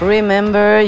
Remember